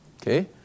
okay